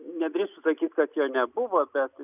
nedrįstu sakyt kad jo nebuvo bet